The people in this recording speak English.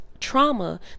trauma